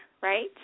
right